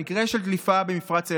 במקרה של דליפה במפרץ אילת,